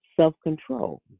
Self-control